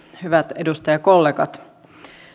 hyvät edustajakollegat